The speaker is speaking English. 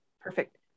perfect